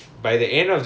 mm